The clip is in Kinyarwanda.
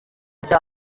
bya